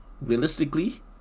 realistically